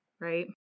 right